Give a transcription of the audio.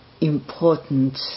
important